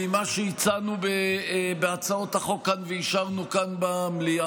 ועם מה שהצענו בהצעות החוק כאן ואישרנו כאן במליאה.